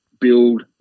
build